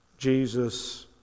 Jesus